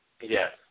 Yes